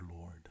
Lord